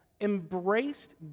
embraced